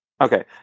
okay